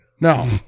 No